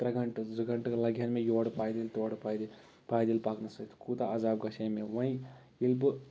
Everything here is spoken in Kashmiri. ترٛےٚ گھنٹہٕ زٕ گھنٹہٕ لَگہٕ ہَن مےٚ یورٕ پایدٔلۍ تورٕ پایدٔلۍ پایدٔلۍ پَکنہٕ سۭتۍ کوٗتاہ عزاب گژھِ ہا مےٚ وَنہِ ییٚلہِ بہٕ